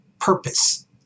purpose